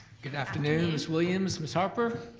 good afternoon ms. williams, ms. harper.